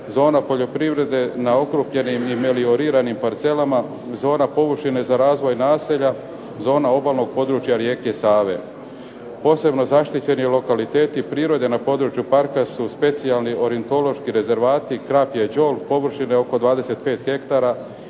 zona poljoprivrede na okrupnjenim i melioriranim parcelama, zona površine za razvoj naselja, zona obalnog područja rijeke Save. Posebno zaštićeni lokaliteti prirode na području parka su specijalni orijentološki rezervati Krapje đol površine oko 25 hektara